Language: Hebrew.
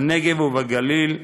בנגב ובגליל,